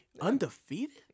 Undefeated